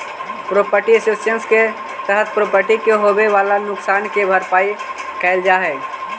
property insurance के तहत property के होवेऽ वाला नुकसान के भरपाई कैल जा हई